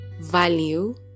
value